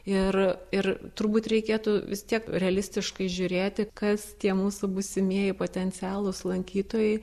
ir ir turbūt reikėtų vis tiek realistiškai žiūrėti kas tie mūsų būsimieji potencialūs lankytojai